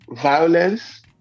violence